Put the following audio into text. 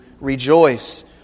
rejoice